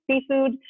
seafood